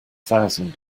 thousand